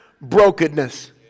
brokenness